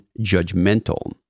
judgmental